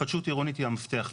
התחדשות עירונית היא המפתח לזה.